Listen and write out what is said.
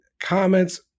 comments